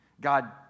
God